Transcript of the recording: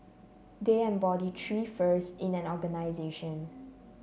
they embody three firsts in an organisation